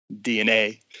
DNA